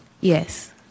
yes